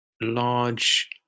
large